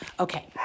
Okay